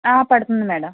పడుతుంది మేడం